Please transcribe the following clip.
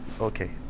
Okay